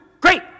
Great